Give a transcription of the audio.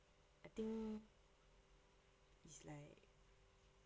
I think it's like